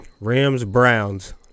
Rams-Browns